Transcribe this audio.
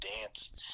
dance